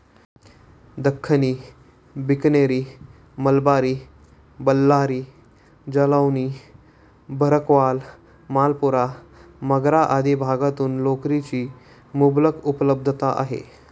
दख्खनी, बिकनेरी, मलबारी, बल्लारी, जालौनी, भरकवाल, मालपुरा, मगरा आदी भागातून लोकरीची मुबलक उपलब्धता आहे